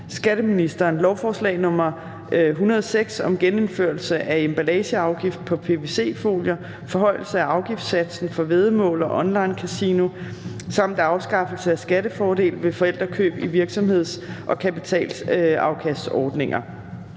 andre love. (Genindførelse af emballageafgift på pvc-folier, forhøjelse af afgiftssatsen for væddemål og onlinekasino samt afskaffelse af skattefordele ved forældrekøb i virksomheds- og kapitalafkastordningerne)).